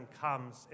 comes